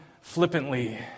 flippantly